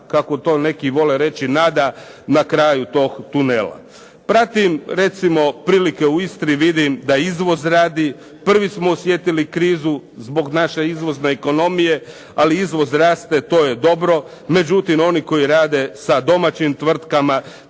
kako to neki vole reći, nada na kraju tog tunela. Pratim recimo prilike u Istri vidim da izvoz radi, prvi smo osjetili krizu zbog naše izvozne ekonomije, ali izvoz raste, to je dobro. Međutim oni koji rade sa domaćim tvrtkama,